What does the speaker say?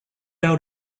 out